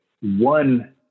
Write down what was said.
One